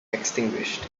extinguished